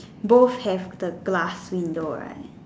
both have the glass window right